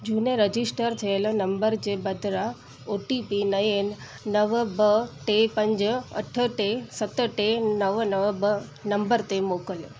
झूने रजिस्टर थियल नंबर जे बदिरां ओ टी पी नएं नव ॿ टे पंज अठ टे सत टे नव नव ॿ नंबर ते मोकिलियो